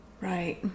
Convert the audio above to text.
Right